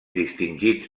distingits